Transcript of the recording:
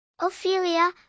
Ophelia